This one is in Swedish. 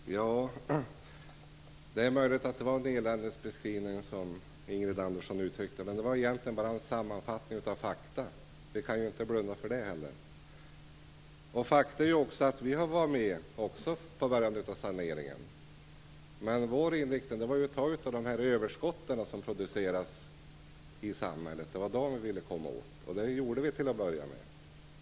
Fru talman! Det är möjligt att jag gjorde en eländesbeskrivning, som Ingrid Andersson uttryckte det. Men det var egentligen bara en sammanfattning av fakta som vi inte kan blunda för. Fakta är också att vi har samarbetat på grund av saneringen, men vår inriktning var att vi skulle ta av överskotten som produceras i samhället. Det var dessa vi ville komma åt, och det gjorde vi till att börja med.